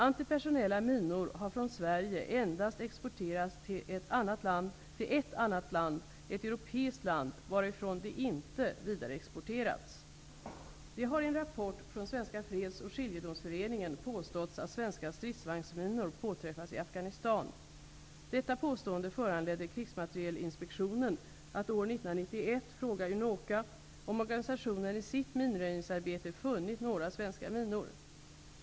Antipersonella minor har från Sverige endast exporterats till ett annat land -- ett europeiskt land, varifrån de inte vidareexporterats. Det har i en rapport från Svenska freds och skiljedomsföreningen påståtts att svenska stridsvagnsminor påträffats i Afghanistan. Detta påstående föranledde Krigsmaterielinspektionen, KMI, att år 1991 fråga Unoca om organisationen i sitt minröjningsarbete funnit några svenska minor.